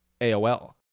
AOL